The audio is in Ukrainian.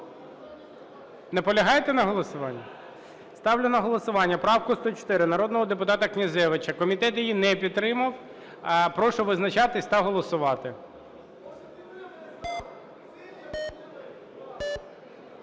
Наполягаєте на голосуванні? Ставлю на голосування правку 104 народного депутата Князевича. Комітет її не підтримав. Прошу визначатись та голосувати.